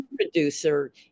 producer